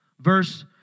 Verse